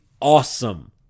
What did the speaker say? Awesome